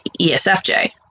ESFJ